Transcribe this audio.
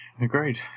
Agreed